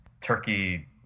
Turkey